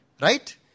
Right